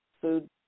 food